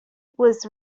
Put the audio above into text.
was